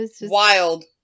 wild